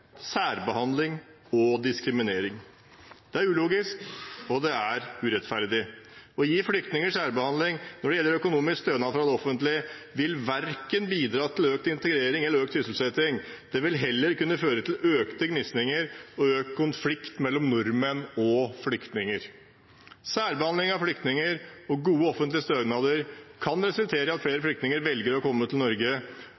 særbehandling og diskriminering. Det er ulogisk, og det er urettferdig. Å gi flyktninger særbehandling når det gjelder økonomisk stønad fra det offentlige, vil bidra verken til økt integrering eller til økt sysselsetting. Det vil heller kunne føre til økte gnisninger og økt konflikt mellom nordmenn og flyktninger. Særbehandling av flyktninger og gode offentlige stønader kan resultere i at flere